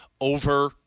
over